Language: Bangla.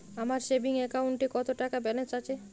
আমার সেভিংস অ্যাকাউন্টে কত টাকা ব্যালেন্স আছে?